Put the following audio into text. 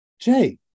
Jay